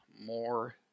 more